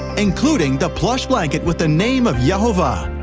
including the plush blankets with the name of yehovah.